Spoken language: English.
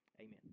Amen